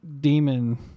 demon